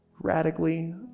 Radically